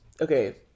Okay